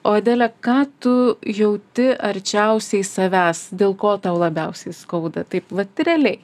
o adele ką tu jauti arčiausiai savęs dėl ko tau labiausiai skauda taip vat realiai